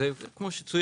איך בתים